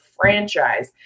franchise